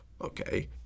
okay